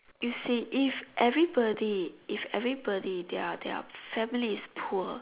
you see if everybody if everybody their their family is poor